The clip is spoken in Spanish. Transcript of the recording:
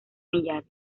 millares